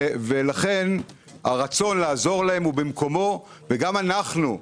ולכן הרצון לעזור להם הוא במקומו, וגם אנחנו,